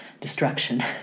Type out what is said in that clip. destruction